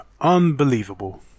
Unbelievable